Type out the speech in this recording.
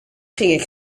ging